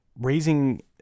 Raising